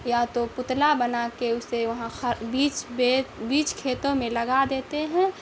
یا تو پتلا بنا کے اسے وہاں بیچ پہ بیچ کھیتوں میں لگا دیتے ہیں